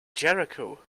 jericho